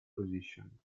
position